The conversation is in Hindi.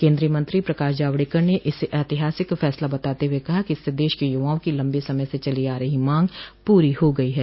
केंद्रीय मंत्री प्रकाश जावड़कर ने इसे ऐतिहासिक फैसला बताते हुए कहा कि इससे देश के युवाओं की लंबे समय से चली आ रही मांग पूरी हो गई है